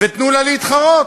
ותנו לה להתחרות.